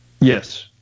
yes